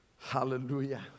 Hallelujah